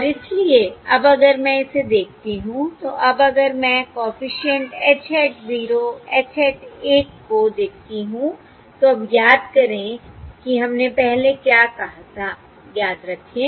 और इसलिए अब अगर मैं इसे देखती हूं तो अब अगर मैं coefficient H hat 0 H hat 1 को देखती हूं तो अब याद करें कि हमने पहले क्या कहा था याद रखें